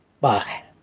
Bye